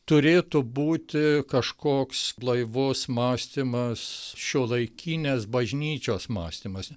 turėtų būti kažkoks blaivus mąstymas šiuolaikinės bažnyčios mąstymas